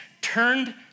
turned